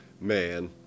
Man